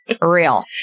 real